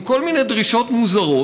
עם כל מיני דרישות מוזרות,